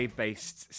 based